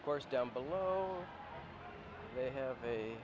of course down below they have a